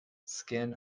skin